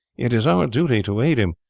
it is our duty to aid him,